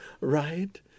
right